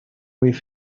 with